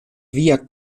via